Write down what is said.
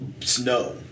snow